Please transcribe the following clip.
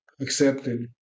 accepted